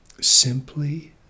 Simply